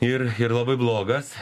ir ir labai blogas